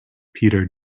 peter